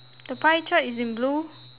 the pie chart is in blue